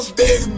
big